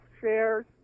shares